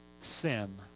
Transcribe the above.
sin